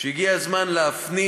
שהגיע הזמן להפנים